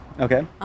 Okay